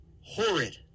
horrid